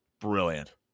Brilliant